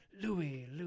louis